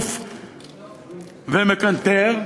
נזוף ומקנטר,